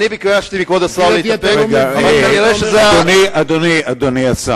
אני ביקשתי מכבוד השר, אדוני השר,